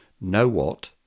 know-what